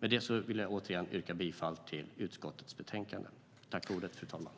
Med detta vill jag återigen yrka bifall till utskottets förslag.